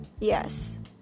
Yes